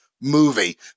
movie